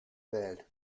welt